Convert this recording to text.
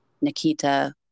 Nikita